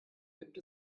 gibt